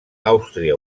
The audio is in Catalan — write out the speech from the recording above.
àustria